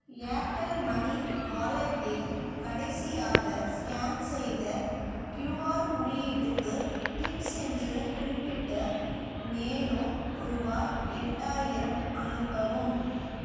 Airtel money வாலெட்டில் கடைசியாக scan செய்த கியூஆர் குறியீட்டுக்கு டிப்ஸ் என்று குறிப்பிட்டு மேலும் ரூபாய் எட்டாயிரம் அனுப்பவும்